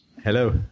Hello